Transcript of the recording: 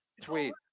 tweet